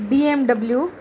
BMW